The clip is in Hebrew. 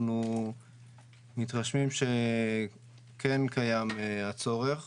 אנחנו מתרשמים שכן קיים הצורך